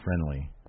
friendly